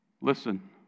Listen